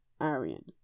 Arian